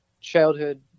childhood